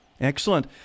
Excellent